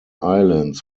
islands